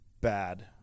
bad